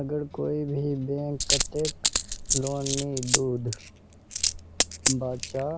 अगर कोई भी बैंक कतेक लोन नी दूध बा चाँ